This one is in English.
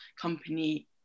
company